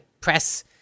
press